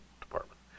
department